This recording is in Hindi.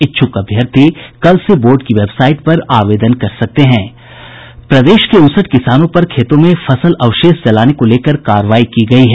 इच्छुक अभ्यर्थी कल से बोर्ड की वेबसाईट पर आवेदन कर सकते होंने प्रदेश के उनसठ किसानों पर खेतों में फसल अवशेष जलाने को लेकर कार्रवाई की गयी है